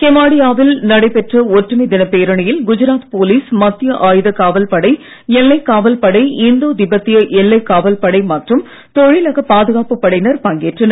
கெவாடியாவில் நடைபெற்ற ஒற்றுமை தினப் பேரணியில் குஜராத் போலீஸ் மத்திய ஆயுதக் காவல் படை எல்லைக் காவல் படை இந்தோ திபேத்திய எல்லைக் காவல் படை மற்றும் தொழிலக பாதுகாப்பு படையினர் பங்கேற்றனர்